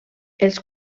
els